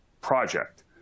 project